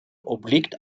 obliegt